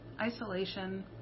isolation